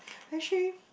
actually